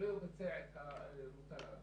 לא יבצע את המוטל עליו.